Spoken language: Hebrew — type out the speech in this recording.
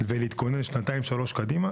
ולהתכונן שנתיים-שלוש קדימה.